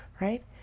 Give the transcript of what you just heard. right